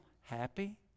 happy